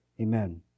Amen